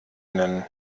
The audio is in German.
nennen